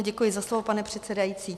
Děkuji za slovo, pane předsedající.